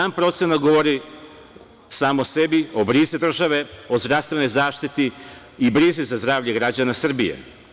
Sam procenat govori sam o sebi, o brizi države, o zdravstvenoj zaštiti i brizi za zdravlje građana Srbije.